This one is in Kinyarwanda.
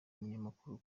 umunyamakuru